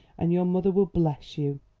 and your mother will bless you.